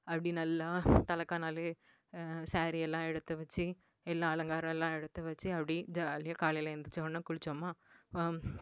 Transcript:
அப்படி நல்லா தலகானாலே ஸாரி எல்லாம் எடுத்து வச்சு எல்லா அலங்காரம்லாம் எடுத்து வச்சு அப்படி ஜாலியாக காலையில எந்திரிச்சோன்ன குளிச்சோமா